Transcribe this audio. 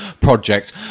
project